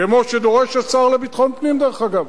כמו שדורש השר לביטחון פנים, דרך אגב,